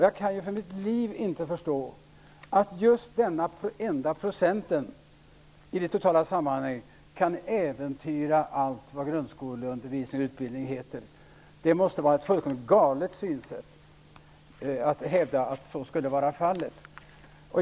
Jag kan för mitt liv inte förstå att just denna enda procent i det totala sammanhanget kan äventyra allt vad grundskoleundervisning och utbildning heter. Det måste vara ett fullkomligt galet synsätt att hävda att så skulle vara fallet.